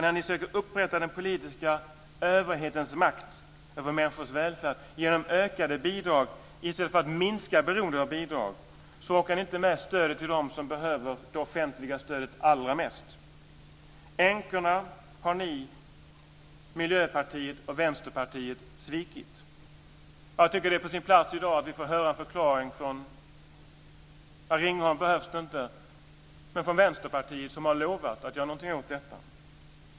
När ni söker upprätta den politiska överhetens makt över människors välfärd genom ökade bidrag i stället för att minska beroende av bidrag, orkar ni inte med stödet till dem som behöver det offentliga stödet allra mest. Änkorna har ni i Miljöpartiet och Vänsterpartiet svikit. Jag tycker att det är på sin plats att vi i dag får höra en förklaring - det behövs inte från Ringholm - från Vänsterpartiet, som har lovat att göra någonting åt detta.